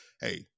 hey